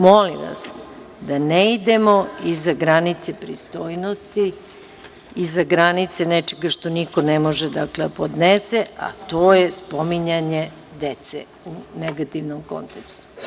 Molim vas da ne idemo iza granice pristojnosti, iza granice nečega što niko ne može, dakle, da podnese, a to je spominjanje dece u negativnom kontekstu.